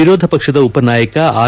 ವಿರೋಧಪಕ್ಷದ ಉಪನಾಯಕ ಆರ್